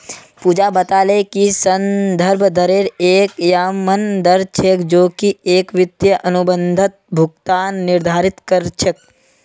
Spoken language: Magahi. पूजा बताले कि संदर्भ दरेर एक यममन दर छेक जो की एक वित्तीय अनुबंधत भुगतान निर्धारित कर छेक